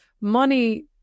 money